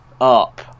up